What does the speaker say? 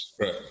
Right